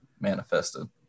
manifested